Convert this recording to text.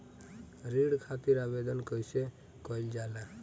ऋण खातिर आवेदन कैसे कयील जाला?